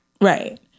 Right